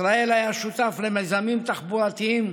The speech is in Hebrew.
ישראל היה שותף למיזמים תחבורתיים,